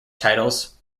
titles